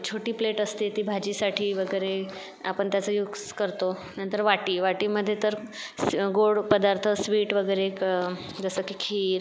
छोटी प्लेट असते ती भाजीसाठी वगैरे आपण त्याचा युक्स करतो नंतर वाटी वाटीमध्ये तर स्व गोड पदार्थ स्वीट वगैरे क जसं की खीर